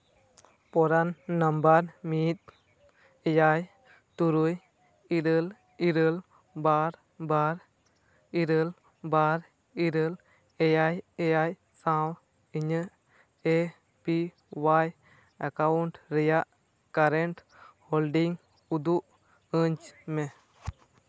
ᱯᱨᱟᱱ number ᱢᱤᱫ ᱮᱭᱟᱭ ᱛᱩᱨᱩᱭ ᱤᱨᱟᱹᱞ ᱤᱨᱟᱹᱞ ᱵᱟᱨ ᱵᱟᱨ ᱤᱨᱟᱹᱞ ᱵᱟᱨ ᱤᱨᱟᱹᱞ ᱮᱭᱟᱭ ᱮᱭᱟᱭ ᱥᱟᱶ ᱤᱧᱟᱹᱜ ᱮ ᱯᱤ ᱳᱟᱭ ᱮᱠᱟᱣᱩᱱᱴ ᱨᱮᱭᱟᱜ ᱠᱟᱨᱮᱱᱴ ᱦᱳᱞᱰᱤᱝ ᱩᱫᱩᱜ ᱟᱹᱧ ᱢᱮ